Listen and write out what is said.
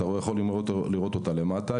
אתם יכולים לראות אותה בשקף למטה,